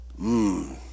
Mmm